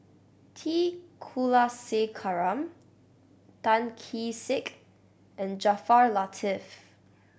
T Kulasekaram Tan Kee Sek and Jaafar Latiff